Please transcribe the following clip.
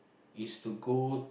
is to go